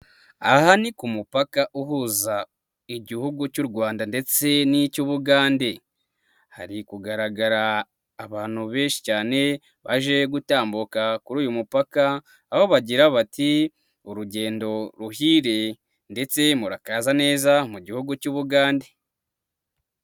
Aha ni ku mupaka uhuza igihugu cy'u Rwanda ndetse n'icy'u Bugande, hari kugaragara abantu benshi cyane baje gutambuka kuri uyu mupaka, aho bagira bati "urugendo ruhire ndetse murakaza neza mu gihugu cy'u Bugande."